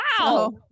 Wow